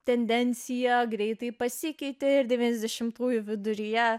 tendencija greitai pasikeitė ir devyniasdešimtųjų viduryje